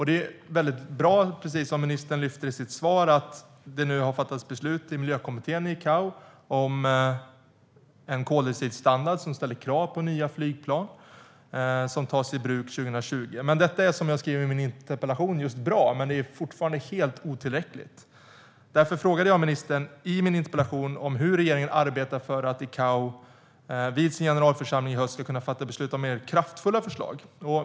Det är, precis som ministern lyfter fram i sitt svar, bra att det nu har fattas beslut i miljökommittén i ICAO om en koldioxidstandard som ställer krav på nya flygplan som tas i bruk 2020. Som jag skriver i min interpellation är detta bra, men det är fortfarande helt otillräckligt. Därför frågade jag ministern i min interpellation hur regeringen arbetar för att ICAO vid sin generalförsamling i höst ska kunna fatta beslut om mer kraftfulla förslag.